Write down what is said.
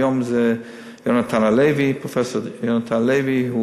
היום זה פרופסור יונתן הלוי,